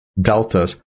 deltas